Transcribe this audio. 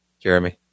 Jeremy